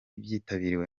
byitabiriwe